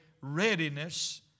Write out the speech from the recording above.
readiness